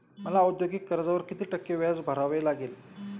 मला औद्योगिक कर्जावर किती टक्के व्याज भरावे लागेल?